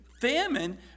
famine